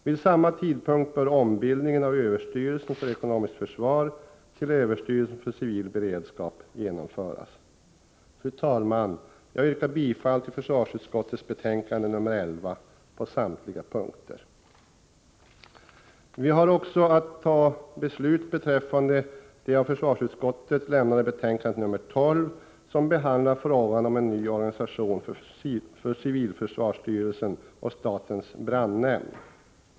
Vid samma tidpunkt bör ombildningen av överstyrelsen för ekonomiskt försvar till överstyrelsen för civil beredskap genomföras. Fru talman! Jag yrkar bifall till hemställan i försvarsutskottets betänkande 11 på samtliga punkter. Vi skall även fatta beslut om försvarsutskottets betänkande 12, som behandlar frågan om en ny organisation för civilförsvarsstyrelsen och statens brandnämnd.